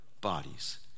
bodies